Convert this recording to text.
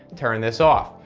turn this off.